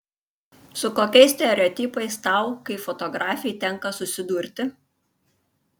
su kokiais stereotipais tau kaip fotografei tenka susidurti